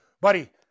buddy